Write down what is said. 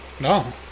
No